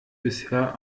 bisher